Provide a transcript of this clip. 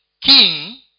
king